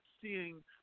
seeing